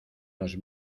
nos